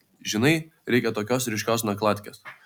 žinai reikia tokios ryškios nakladkės